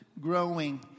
growing